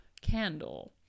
candle